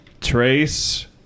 Trace